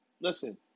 Listen